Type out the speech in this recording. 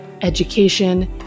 education